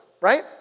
right